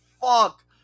fuck